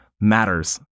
matters